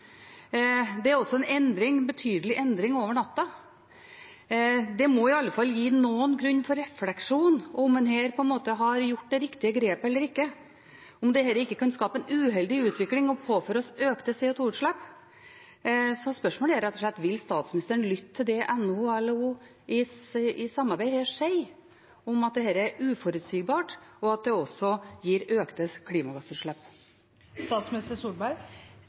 Det er også en endring, en betydelig endring, over natta. Det må i alle fall gi en grunn til refleksjon om en her har gjort det riktige grepet eller ikke, og om dette ikke kan skape en uheldig utvikling og påføre oss økte CO2-utslipp. Så spørsmålet er rett og slett: Vil statsministeren lytte til det LO og NHO i samarbeid her sier om at dette er uforutsigbart, og at det også gir økte